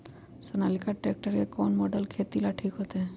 Sonalika tractor के कौन model खेती ला ठीक होतै?